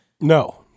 No